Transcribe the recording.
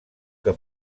que